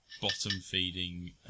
bottom-feeding